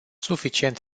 suficient